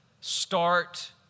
Start